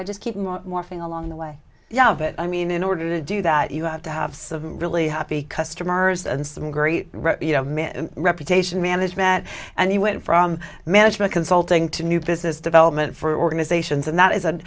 i just keep morphing along the way yeah of it i mean in order to do that you have to have severe really happy customers and some great reputation management and he went from management consulting to new business development for organizations and that is an